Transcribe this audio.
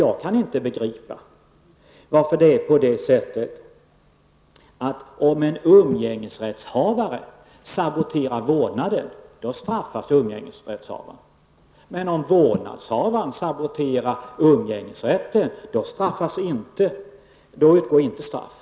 Jag kan inte begripa hur det kommer sig att om en umgängesrättshavare saboterar vårdnaden, då straffas han, men om vårdnadshavaren saboterar umgängesrätten, då utgår inte straff.